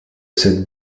cette